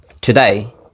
today